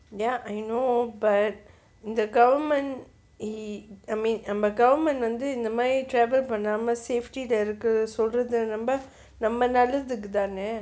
ya I know but the government I mean நம்ம:namma government வந்து இந்த மாதிரி travel பண்ணாம:vanthu namma intha mathiri travel pannama safety ல இருக்க சொல்றது நம்ம நல்லதுக்கு தான:la irukka solrathu namma nallathukku thaana